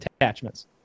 attachments